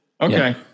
Okay